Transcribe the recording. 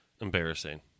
embarrassing